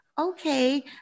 Okay